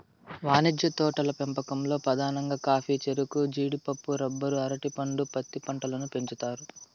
వాణిజ్య తోటల పెంపకంలో పధానంగా కాఫీ, చెరకు, జీడిపప్పు, రబ్బరు, అరటి పండు, పత్తి పంటలను పెంచుతారు